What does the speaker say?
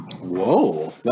Whoa